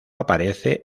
aparece